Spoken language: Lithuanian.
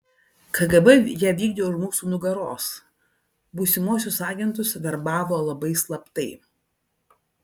kgb ją vykdė už mūsų nugaros būsimuosius agentus verbavo labai slaptai